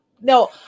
no